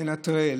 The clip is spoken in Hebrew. לנטרל,